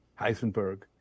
Heisenberg